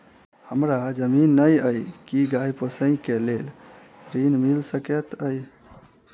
हमरा जमीन नै अई की गाय पोसअ केँ लेल ऋण मिल सकैत अई?